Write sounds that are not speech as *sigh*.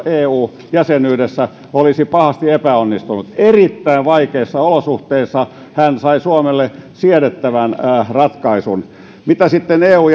*unintelligible* eu jäsenyydessä olisi pahasti epäonnistunut erittäin vaikeissa olosuhteissa hän sai suomelle siedettävän ratkaisun mitä sitten eu *unintelligible*